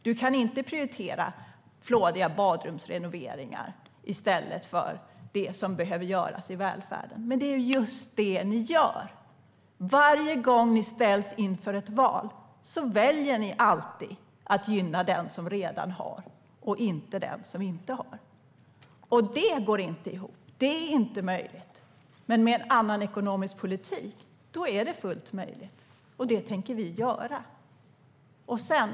Man kan inte prioritera flådiga badrumsrenoveringar i stället för det som behöver göras i välfärden. Men det är just det ni gör. Varje gång ni ställs inför ett val väljer ni att gynna den som redan har och inte den som inte har. Det går inte ihop. Det är inte möjligt. Men med en annan ekonomisk politik är det fullt möjligt. Och den tänker vi stå för.